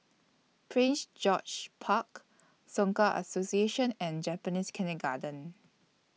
Prince George's Park Soka Association and Japanese Kindergarten